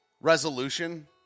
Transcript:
resolution